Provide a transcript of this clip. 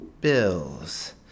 Bills